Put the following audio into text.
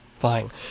Fine